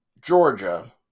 Georgia